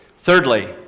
Thirdly